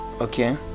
okay